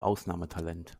ausnahmetalent